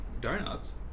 Donuts